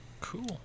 cool